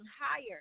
higher